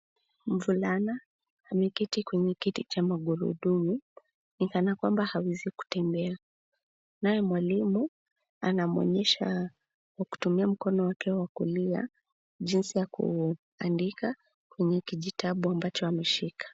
Mvulana ameketi kwenye kiti cha magurudumu ni kana kwamba hawezi kutembea naye mwalimu anamuonyesha kwa kutumia mkono wake wakulia jinsi ya kuandika kwenye kijitabu ambacho ameshika.